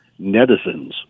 netizens